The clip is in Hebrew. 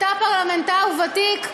אתה פרלמנטר ותיק,